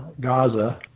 Gaza